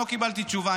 לא קיבלתי תשובה.